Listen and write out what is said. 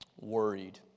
worried